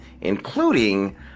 including